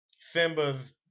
Simba's